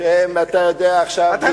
אתה יודע, הם עכשיו מתעמקים.